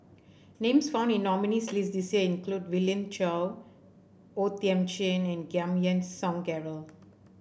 names found in nominees' list this year include Willin O Thiam Chin and Giam Yean Song Gerald